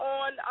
on